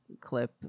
clip